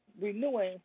renewing